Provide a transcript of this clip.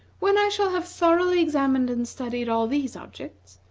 when i shall have thoroughly examined and studied all these objects,